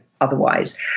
otherwise